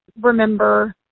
remember